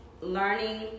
learning